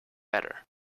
better